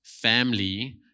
family